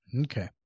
Okay